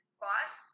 boss